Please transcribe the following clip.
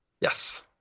Yes